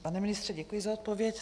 Pane ministře, děkuji za odpověď.